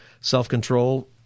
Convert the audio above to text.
self-control